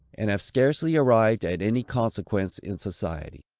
and have scarcely arrived at any consequence in society.